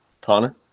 Connor